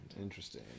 interesting